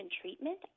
treatment